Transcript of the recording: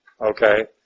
Okay